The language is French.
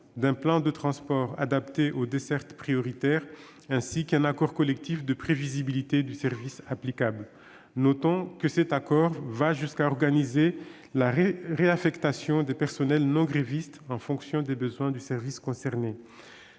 d'un plan de transport adapté aux dessertes prioritaires, ainsi qu'un accord collectif de prévisibilité du service applicable. Notons que cet accord va jusqu'à organiser la réaffectation des personnels non grévistes, en fonction des besoins du service concerné.